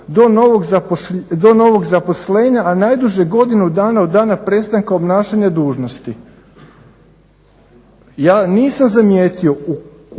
do novog zaposlenja, a najduže godinu dana od dana prestanka obnašanja dužnosti. Ja nisam zamijetio u